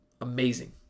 amazing